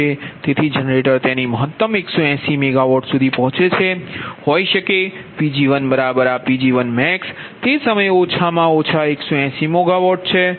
તેથી જનરેટર તેની મહત્તમ 180 મેગાવોટ સુધી પહોંચે છે કે હોઈ શકે Pg1Pg1max તે સમયે ઓછા માં 180MW છે